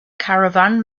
caravan